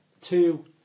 two